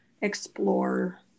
explore